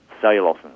cellulose